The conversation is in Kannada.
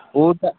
ಊಟ